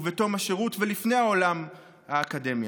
בתום השירות ולפני עולם האקדמיה.